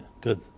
good